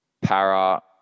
Para